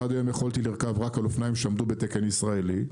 עד היום יכולתי לרכוב רק על אופניים שעמדו בתקן ישראלי,